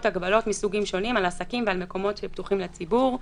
הגבלות מסוגים שונים על עסקים ומקומות שפתוחים לציבור.